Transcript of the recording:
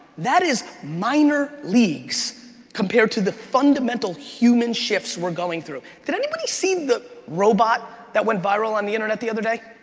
that is minor leagues compared to the fundamental human shifts we're going through. did anybody see the robot that went viral on the internet the other day?